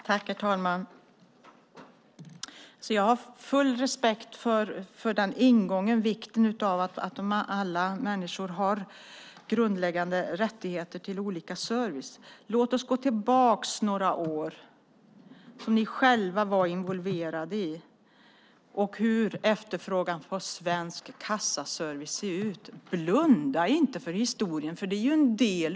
Herr talman! Jag har full respekt för vikten av att alla människor har grundläggande rättigheter till olika slags service. Men låt oss gå tillbaka några år till den tid då ni själva var involverade och titta på hur efterfrågan på Svensk Kassaservice såg ut. Blunda inte för historien!